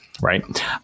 right